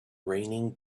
raining